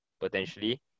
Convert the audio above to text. potentially